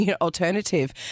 alternative